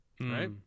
right